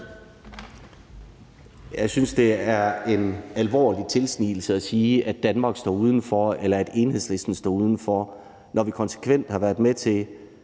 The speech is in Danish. Jeg synes, det er en alvorlig tilsnigelse at sige, at Enhedslisten står udenfor, når vi konsekvent har været med til